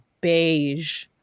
beige